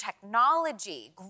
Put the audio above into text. technology